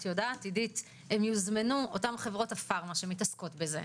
הם יוזמנו, אותן חברות הפארמה שמתעסקות בזה,